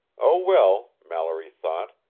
oh well, mallory thought,